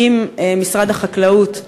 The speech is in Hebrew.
עם משרד החקלאות,